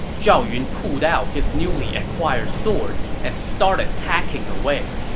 zhao yun pulled out his newly acquired sword and started hacking away.